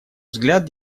взгляд